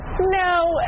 No